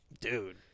dude